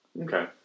Okay